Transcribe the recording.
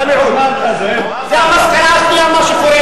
לך לקדאפי, לך, זה המלך שלך.